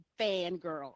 fangirl